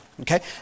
Okay